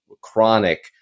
chronic